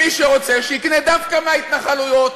מי שרוצה, שיקנה דווקא מההתנחלויות,